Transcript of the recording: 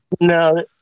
No